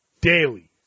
daily